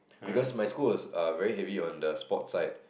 because my school was err very heavy on the sports side